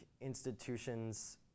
institutions